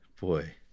Boy